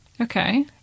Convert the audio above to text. Okay